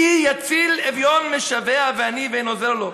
כי יציל אביון משוע, ועני ואין עזר לו.